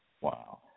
Wow